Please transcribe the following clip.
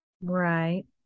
right